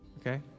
Okay